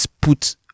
put